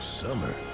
summer